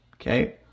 Okay